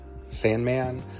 Sandman